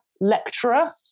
lecturer